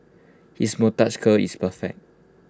his moustache curl is perfect